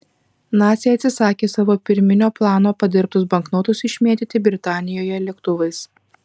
naciai atsisakė savo pirminio plano padirbtus banknotus išmėtyti britanijoje lėktuvais